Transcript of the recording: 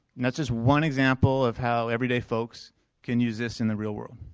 that's just one example of how everyday folks can use this in the real world.